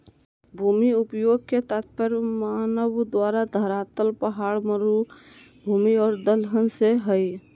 भूमि उपयोग के तात्पर्य मानव द्वारा धरातल पहाड़, मरू भूमि और दलदल से हइ